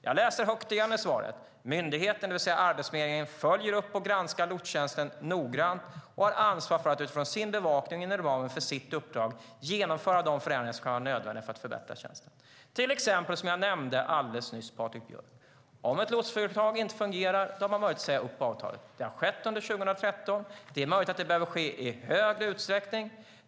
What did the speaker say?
Jag läser igen högt ur svaret: "Myndigheten" - alltså Arbetsförmedlingen - "följer upp och granskar lotstjänsten noggrant och har ansvar för att utifrån sin bevakning och inom ramen för sitt uppdrag genomföra de förändringar som kan vara nödvändiga för att förbättra tjänsten." Ett exempel som jag nämnde alldeles nyss, Patrik Björck: Om ett lotsföretag inte fungerar finns det möjlighet att säga upp avtalet. Det har skett under 2013. Det är möjligt att det behöver ske i högre utsträckning.